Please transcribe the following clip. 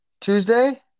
Tuesday